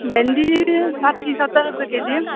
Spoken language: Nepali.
भिन्डी साठी सत्तर रुपियाँ केजी